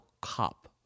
cop